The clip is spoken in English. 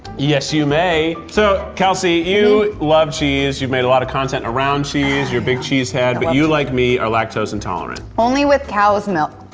yes you may. so kelsey, you love cheese. you've made a lot of content around cheese. you're a big cheese head, but you like me, are lactose intolerant. only with cow's milk.